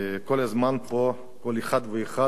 כל אחד ואחד אמר על הממשלה,